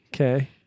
Okay